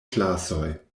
klasoj